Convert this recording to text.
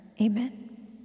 Amen